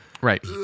right